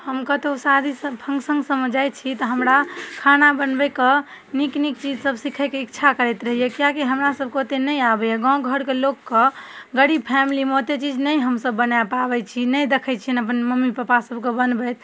हम कतहु शादीसब फंक्शनसबमे जाइ छी तऽ हमरा खाना बनबैके नीक नीक चीजसब सिखैके इच्छा करैत रहैए किएकि हमरासभके ओतेक नहि आबैए गामघरके लोकके गरीब फैमिलीमे ओतेक चीज नहि हमसभ बना पाबै छी नहि देखै छिअनि अपन मम्मी पप्पासभके बनबैत